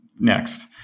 Next